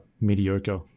mediocre